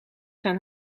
gaan